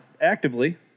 actively